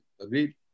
Agreed